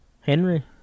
Henry